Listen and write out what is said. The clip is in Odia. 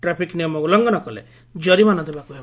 ଟ୍ରାଫିକ୍ ନିୟମ ଉଲୁଘନ କଲେ ଜରିମାନା ଦେବାକୁ ହେବ